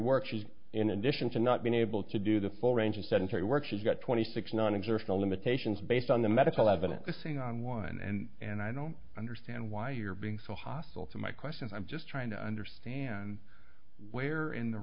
work she's in addition to not being able to do the full range of sedentary work she's got twenty six nonobservant limitations based on the medical evidence missing on one and i don't understand why you're being so hostile to my question i'm just trying to understand where in the